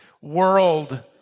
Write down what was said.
world